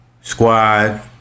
squad